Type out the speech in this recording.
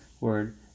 word